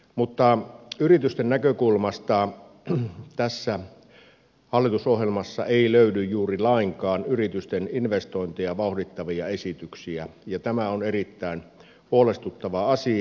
mutta yritysten näkökulmasta tästä hallitusohjelmasta ei löydy juuri lainkaan yritysten investointeja vauhdittavia esityksiä ja tämä on erittäin huolestuttava asia